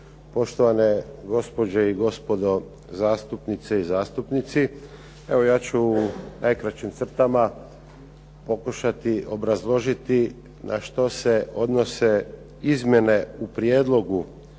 poštovane gospođe i gospodo zastupnice i zastupnici. Evo ja ću u najkraćim crtama pokušati obrazložiti na što se odnose izmjene u prijedlogu